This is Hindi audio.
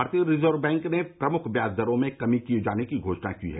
भारतीय रिजर्व बैंक ने प्रमुख व्याज दरों में कमी किए जाने की घोषणा की है